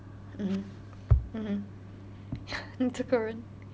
mmhmm mmhmm 这个人